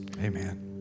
Amen